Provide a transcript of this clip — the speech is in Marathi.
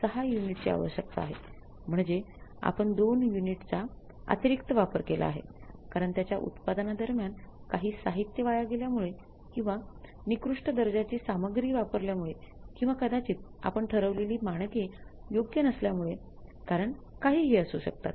म्हणजे आपण २ युनिटचा अतिरिक्त वापर केला आहे कारण त्याच्या उत्पादनादरम्यान काही साहित्य वाया गेल्यामुळे किंवा निकृष्ट दर्जाची सामग्री वापरल्यामुळे किंवा कदाचित आपण ठरवलेली मानके योग्य नसल्यामुळे कारणं काहीही असू शकतात